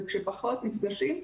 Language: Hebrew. וכשפחות נפגשים,